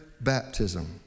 baptism